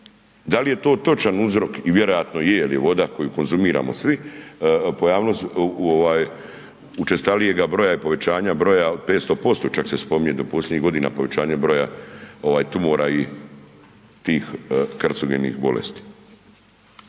Dal je to točan uzrok i vjerojatno je jel je voda koju konzumiramo svi, pojavilo se učestalijega broja i povećanja broja od 500% čak se spominje da u posljednjih godina povećanje broja tumora i tih karcogenih bolesti.